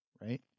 right